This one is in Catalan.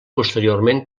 posteriorment